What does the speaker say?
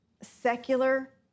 secular